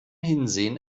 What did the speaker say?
hinsehen